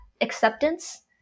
acceptance